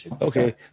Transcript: Okay